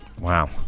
Wow